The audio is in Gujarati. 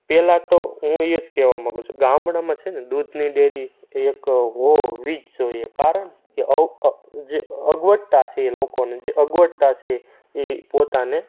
પહેલાં તો હુ એ જ કેવા માગુ છુ ગામડામાં છે ને દૂધની ડેરી એક હોવી જ જોઈએ કારણ કે અગવડતા છે લોકોને જે અગવડતા છે એ પોતાને